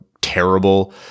terrible